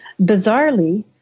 Bizarrely